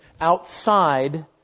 outside